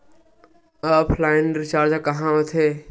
Offline recharge कहां होथे?